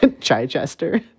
Chichester